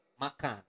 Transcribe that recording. Makan